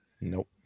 Nope